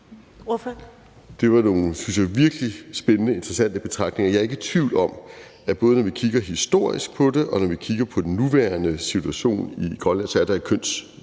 Det var nogle virkelig spændende og interessante betragtninger. Jeg er ikke i tvivl om, både når vi kigger historisk på det, og når vi kigger på den nuværende situation i Grønland, at der er et